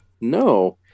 No